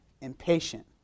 impatient